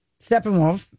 Steppenwolf